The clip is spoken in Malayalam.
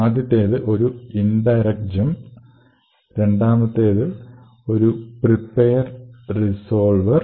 ആദ്യത്തേത് ഒരു ഇൻഡയറക്ട് ജമ്പ് രണ്ടാമത് ഒരു പ്രീപെയർ റിസോൾവെർ